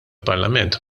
parlament